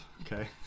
Okay